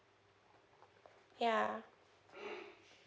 yeah